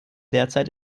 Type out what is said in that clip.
derzeit